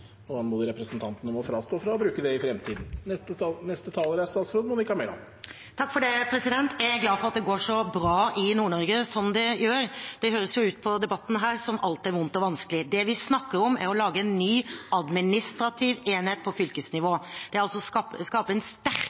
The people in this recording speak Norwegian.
og anmoder representanten om å avstå fra å bruke det i fremtiden. Jeg er glad for at det går så bra i Nord-Norge som det gjør. Det høres ut på debatten her som at alt er vondt og vanskelig. Det vi snakker om, er å lage en ny administrativ enhet på fylkesnivå – å skape en sterkere fylkeskommune i nord. Det